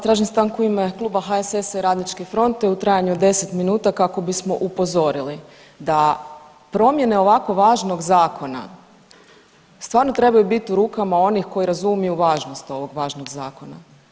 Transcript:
Tražim stanku u ime kluba HSS-a i RF-a u trajanju od 10 minuta kako bismo upozorili da promjene ovako važnog zakona stvarno trebaju biti u rukama onih koji razumiju važnost ovog važnog zakona.